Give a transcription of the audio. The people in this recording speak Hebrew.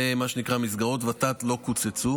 מה שנקרא מסגרות ות"ת לא קוצצו.